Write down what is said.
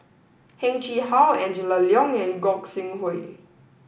Heng Chee How Angela Liong and Gog Sing Hooi